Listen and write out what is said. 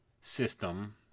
system